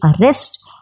arrest